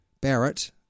Barrett